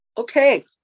Okay